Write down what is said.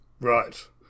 Right